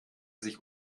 sich